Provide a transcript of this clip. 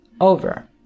over